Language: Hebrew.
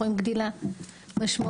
אנחנו רואים גדילה משמעותית.